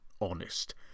Honest